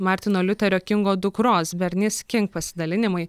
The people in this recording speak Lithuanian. martyno liuterio kingo dukros bernis king pasidalinimai